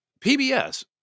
pbs